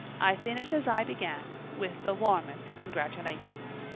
i finish as i began, with the warmest congratulations.